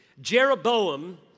Jeroboam